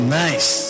nice